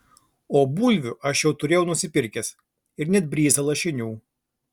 o bulvių aš jau turėjau nusipirkęs ir net bryzą lašinių